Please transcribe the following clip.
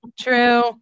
True